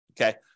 okay